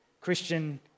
Christian